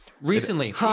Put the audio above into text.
recently